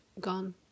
gone